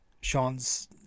Sean's